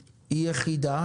יחידה,